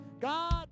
God